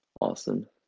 awesome